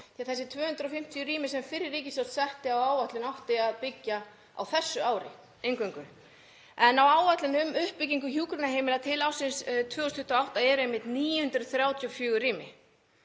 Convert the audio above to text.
þessi 250 rými sem fyrri ríkisstjórn setti á áætlun átti að byggja á þessu ári eingöngu. Í áætlun um uppbyggingu hjúkrunarheimila til ársins 2021 eru einmitt 934 rými.